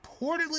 reportedly